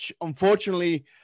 Unfortunately